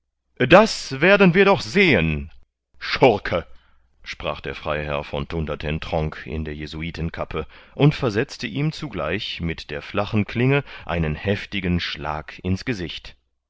das werden wir doch sehen schurke sprach der freiherr von thundertentronckh in der jesuitenkappe und versetzte ihm zugleich mit der flachen klinge einen heftigen schlag ins gesicht